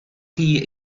chi